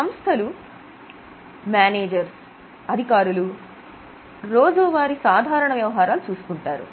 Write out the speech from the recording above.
సంస్థలో మేనేజర్స్ అధికారులు రోజువారి సాధారణ వ్యవహారాలు చూసుకుంటారు